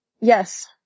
yes